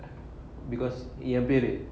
because என் பேரு:en peru